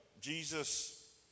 Jesus